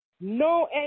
no